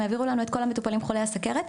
העבירו לנו את כל המטופלים חולי הסוכרת,